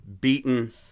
beaten